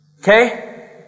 Okay